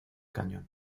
cañón